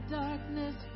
darkness